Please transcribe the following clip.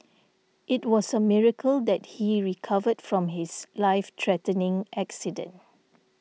it was a miracle that he recovered from his life threatening accident